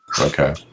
Okay